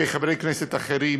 וחברי כנסת אחרים